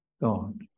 God